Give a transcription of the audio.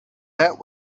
that